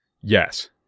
Yes